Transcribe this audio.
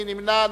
מי נמנע?